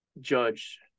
judge